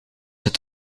het